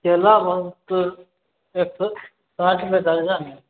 केला भाव तऽ एक सए साठि रुपिए दर्जन हइ